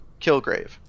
Kilgrave